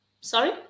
Sorry